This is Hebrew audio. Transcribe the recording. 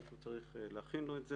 מישהו צריך להכין לו את זה.